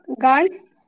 guys